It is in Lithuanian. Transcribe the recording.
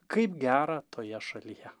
kaip gera toje šalyje